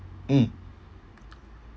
mm